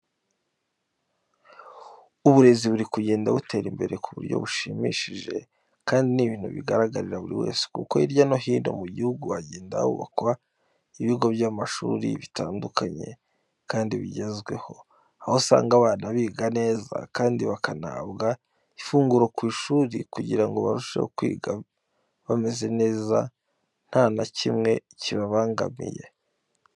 Uburezi buri kugenda butera imbere mu buryo bushimishije kandi ni ibintu bigaragarira buri wese kuko hirya no hino mu gihugu hagenda hubakwa ibigo by'amashuri bitandukanye kandi bigezweho, aho usanga abana biga neza kandi banahabwa n'ifunguro ku ishuri kugira ngo barusheho kwiga bameze neza nta na kimwe kibabangamiye.